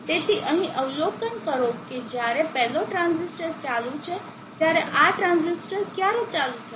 તેથી અહીં અવલોકન કરો કે જ્યારે પેલો ટ્રાંઝિસ્ટર ચાલુ છે ત્યારે આ ટ્રાંઝિસ્ટર ક્યારે ચાલુ થશે